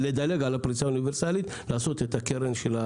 לדלג על הפריסה האוניברסלית ולעשות את הקרן.